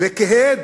וכהד